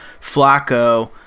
Flacco